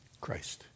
Christ